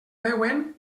veuen